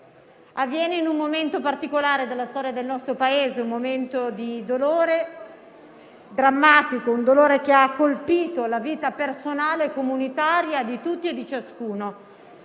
avviene in un momento particolare della storia del nostro Paese, drammatico, di dolore, che ha colpito la vita personale e comunitaria di tutti e di ciascuno;